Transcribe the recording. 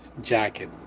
jacket